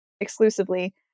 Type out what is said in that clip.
exclusively